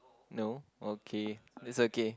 no okay it's okay